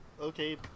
okay